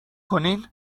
کنین